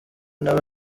nawe